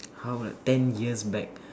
how about ten years back